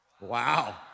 wow